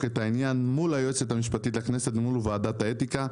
את העניין מול היועצת המשפטית לכנסת ומול ועדת האתיקה,